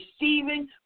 receiving